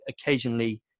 occasionally